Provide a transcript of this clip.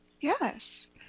Yes